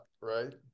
right